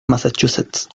massachusetts